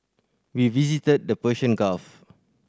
we visited the Persian Gulf